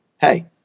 Hey